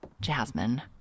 Jasmine